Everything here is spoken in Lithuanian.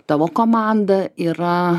tavo komanda yra